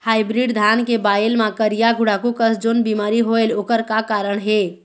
Hybrid धान के बायेल मां करिया गुड़ाखू कस जोन बीमारी होएल ओकर का कारण हे?